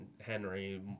Henry